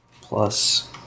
Plus